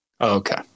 Okay